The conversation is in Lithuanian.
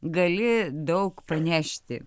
gali daug pranešti